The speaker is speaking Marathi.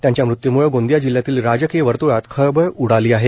त्यांच्या मृत्यूमुळे गोंदिया जिल्यातील राजकीय वर्त्ळात खळबळ उडाली आहे